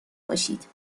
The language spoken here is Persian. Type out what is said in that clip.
باشید